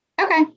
Okay